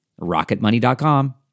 Rocketmoney.com